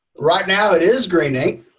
right now it is green ink.